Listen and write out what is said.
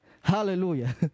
Hallelujah